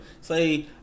say